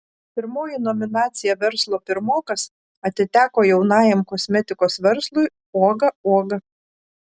pirmoji nominacija verslo pirmokas atiteko jaunajam kosmetikos verslui uoga uoga